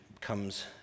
comes